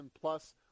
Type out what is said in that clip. plus